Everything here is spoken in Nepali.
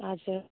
हजुर